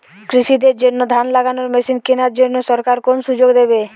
কৃষি দের জন্য ধান লাগানোর মেশিন কেনার জন্য সরকার কোন সুযোগ দেবে?